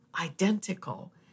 identical